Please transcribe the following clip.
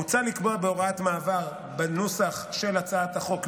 הוצע לקבוע בהוראת מעבר בנוסח של הצעת החוק,